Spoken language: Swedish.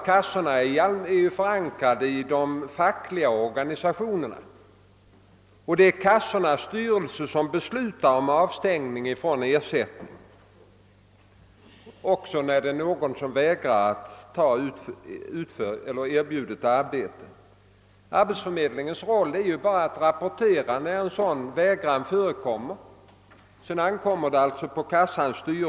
Kassorna är ju förankrade i de fackliga organisationerna, och det är kassornas styrelse som beslutar om avstängning från ersättning, även då någon vägrar att ta erbjudet arbete. Arbetsförmedlingens roll är bara att rapportera när sådan vägran förekommer.